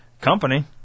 company